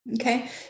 Okay